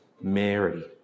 Mary